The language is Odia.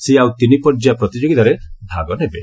ସେ ଆଉ ତିନି ପର୍ଯ୍ୟାୟ ପ୍ରତିଯୋଗିତାରେ ଭାଗ ନେବେ